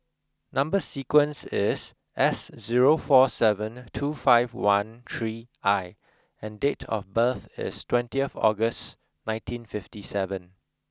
number sequence is S zero four seven two five one three I and date of birth is twentieth August nineteen fifty seven